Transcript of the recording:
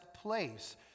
place